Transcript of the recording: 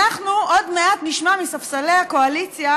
אנחנו עוד מעט נשמע מספסלי הקואליציה